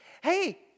hey